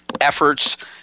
efforts